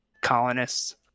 colonists